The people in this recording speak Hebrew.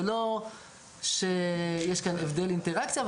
זה לא שיש כאן הבדל אינטרקציה,